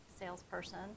salesperson